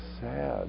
sad